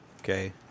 okay